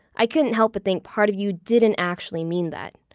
i couldn't help but think part of you didn't actually mean that.